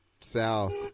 south